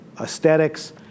aesthetics